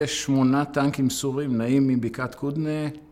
יש שמונה טנקים סורים נעים מבקעת קודנאה.